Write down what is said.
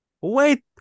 Wait